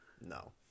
No